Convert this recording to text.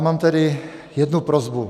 Mám tedy jednu prosbu.